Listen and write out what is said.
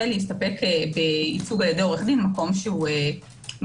ולהסתפק בייצוג על-ידי עורך דין מקום שהוא מיוצג.